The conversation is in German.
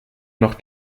noch